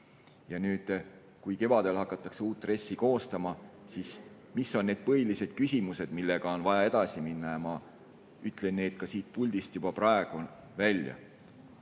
jääda. Kui kevadel hakatakse uut RES‑i koostama, siis mis on need põhilised küsimused, millega on vaja edasi minna? Ma ütlen need siit puldist juba praegu välja.